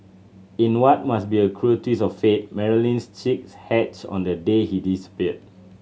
in what must be a cruel twist of fate Marilyn's chicks hatched on the day he disappeared